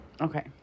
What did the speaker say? Okay